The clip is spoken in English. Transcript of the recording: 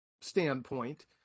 standpoint